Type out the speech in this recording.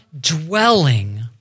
dwelling